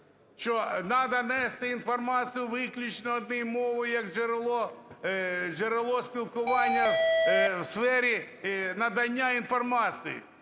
Що треба нести інформацію виключно однією мовою як джерело спілкування в сфері надання інформації,